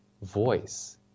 voice